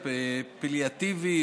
הפליאטיבי,